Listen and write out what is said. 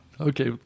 Okay